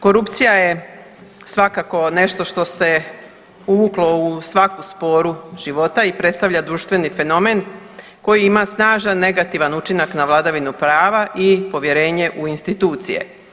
Korupcija je svakako nešto što se uvuklo u svaku sporu života i predstavlja društveni fenomen koji ima snažan negativan učinak na vladavinu prava i povjerenje u institucije.